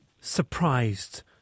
surprised